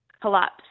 collapse